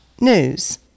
news